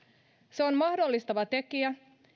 se on mahdollistava tekijä